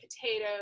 potatoes